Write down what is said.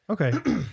Okay